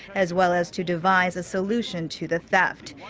as well as to devise a solution to the theft.